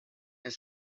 and